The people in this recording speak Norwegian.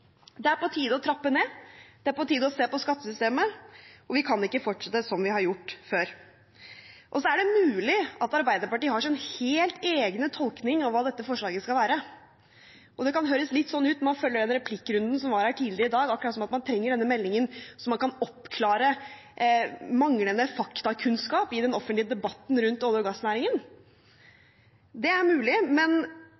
det er på tide å trappe ned, det er på tide å se på skattesystemet, og vi kan ikke fortsette som vi har gjort før. Så er det mulig at Arbeiderpartiet har sin helt egen tolkning av hva dette forslaget skal være. Det kan høres sånn ut når man følger den replikkrunden som var her tidligere i dag – akkurat som at man trenger denne meldingen så man kan oppklare manglende faktakunnskap i den offentlige debatten rundt olje- og gassnæringen.